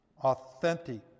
authentic